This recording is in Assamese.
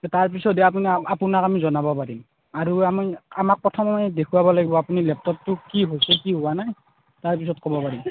তাৰ পিছত হে আপোনাক আপোনাক জনাব পাৰিম আৰু আমি আমাক প্ৰথমে দেখোৱাব লাগিব লেপটপটো কি হৈছে কি হোৱা নাই তাৰ পিছত ক'ব পাৰিম